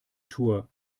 tour